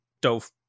dove